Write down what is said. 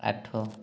ଆଠ